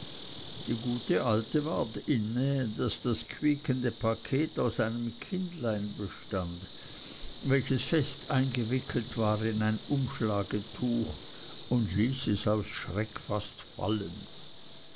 die gute alte ward inne daß das quiekende paket aus einem kindlein bestand welches fest eingewickelt war in ein umschlagetuch und ließ es aus schreck fast fallen